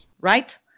Right